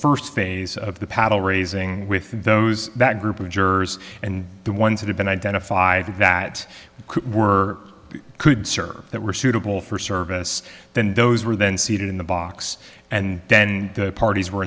first phase of the paddle raising with those that group of jurors and the ones that have been identified that were could serve that were suitable for service then those were then seated in the box and then the parties were